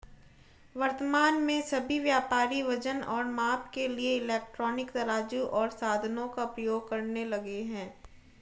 वर्तमान में सभी व्यापारी वजन और माप के लिए इलेक्ट्रॉनिक तराजू ओर साधनों का प्रयोग करने लगे हैं